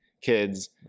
kids